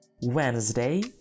Wednesday